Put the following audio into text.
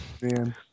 man